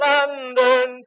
London